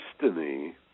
destiny